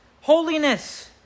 holiness